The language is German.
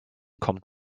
kommt